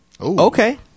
Okay